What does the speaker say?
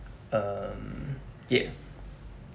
um ya